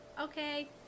Okay